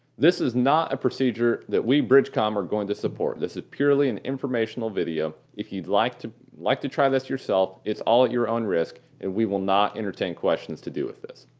this is not a procedure that we bridgecom are going to support. this is purely an informational video. if you'd like to like to try this yourself it's all at your own risk and we will not entertain questions to do with this.